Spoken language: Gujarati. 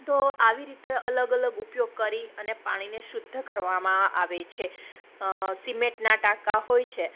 તો આવી રીતે અલગ અલગ ઉપયોગ કરી અને પાણીને શુદ્ધ કરવામાં આવે છે સિમેન્ટના ટાંકા હોય છે